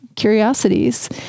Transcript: curiosities